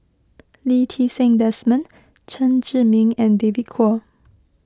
Lee Ti Seng Desmond Chen Zhiming and David Kwo